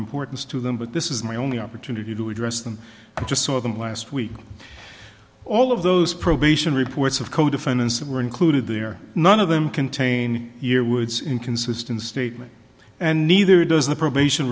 importance to them but this is my only opportunity to address them i just saw them last week all of those probation reports of co defendants that were included there none of them contain your woods inconsistent statement and neither does the probation